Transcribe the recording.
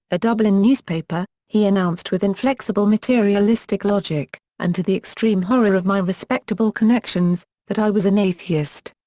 a dublin newspaper, he announced with inflexible materialistic logic, and to the extreme horror of my respectable connections, that i was an atheist.